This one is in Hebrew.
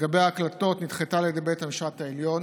לגבי ההקלטות נדחתה על ידי בית המשפט העליון.